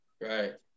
Right